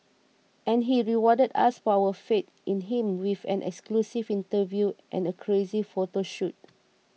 and he rewarded us for our faith in him with an exclusive interview and a crazy photo shoot